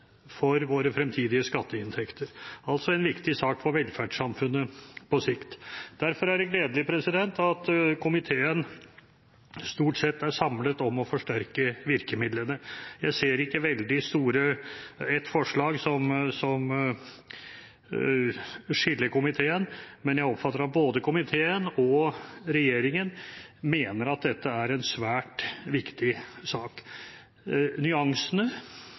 for våre fremtidige skatteinntekter – og er altså en viktig sak for velferdssamfunnet på sikt. Derfor er det gledelig at komiteen stort sett står samlet om å forsterke virkemidlene. Jeg ser ikke at dette er et forslag som skiller komiteen, men jeg oppfatter at både komiteen og regjeringen mener at dette er en svært viktig sak. Nyansene,